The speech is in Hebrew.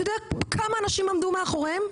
אתה יודע כמה אנשים עמדו מאחוריהם?